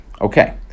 Okay